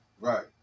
right